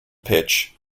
pitch